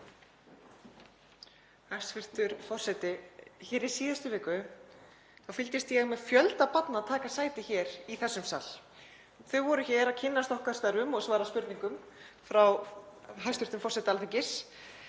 Hæstv. forseti. Í síðustu viku fylgdist ég með fjölda barna taka sæti í þessum sal. Þau voru hér að kynnast okkar störfum og svara spurningum frá hæstv. forseta Alþingis